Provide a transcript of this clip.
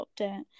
update